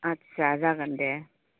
आदसा जागोन दे